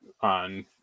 on